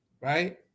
right